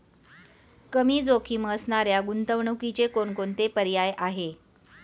कमी जोखीम असणाऱ्या गुंतवणुकीचे कोणकोणते पर्याय आहे?